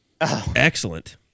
Excellent